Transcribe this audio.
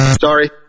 Sorry